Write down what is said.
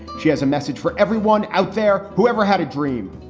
she has a message for everyone out there who ever had a dream.